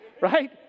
right